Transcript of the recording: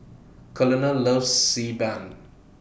Colonel loves Si Ban